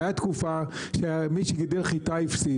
הייתה תקופה שמי שגידל חיטה הפסיד.